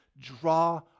Draw